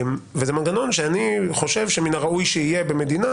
זה מנגנון שאני חושב שמן הראוי שיהיה במדינה